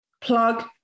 Plug